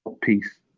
Peace